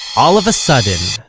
all of a sudden,